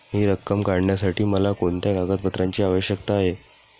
हि रक्कम काढण्यासाठी मला कोणत्या कागदपत्रांची आवश्यकता आहे?